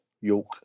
York